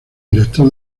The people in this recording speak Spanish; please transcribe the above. director